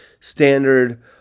standard